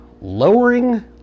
lowering